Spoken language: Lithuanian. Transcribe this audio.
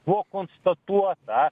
buvo konstatuota